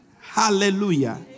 hallelujah